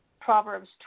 Proverbs